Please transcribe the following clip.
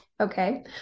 okay